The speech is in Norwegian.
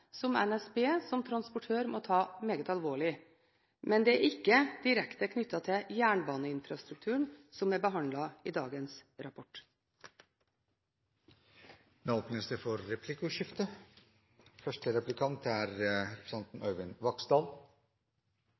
som NSB som transportør må ta meget alvorlig. Men det er ikke direkte knyttet til jernbaneinfrastrukturen, som er behandlet i dagens rapport. Det blir replikkordskifte.